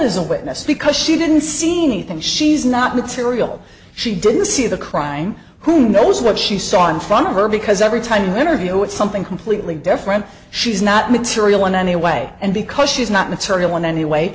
as a witness because she didn't see anything she's not material she didn't see the crime who knows what she saw in front of her because every time an interview with something completely different she's not material in any way and because she's not material in any way